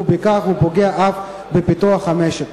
ובכך הוא פוגע אף בפיתוח המשק.